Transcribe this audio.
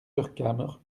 vercamer